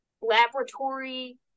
laboratory